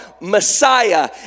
Messiah